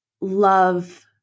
love